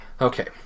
Okay